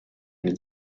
new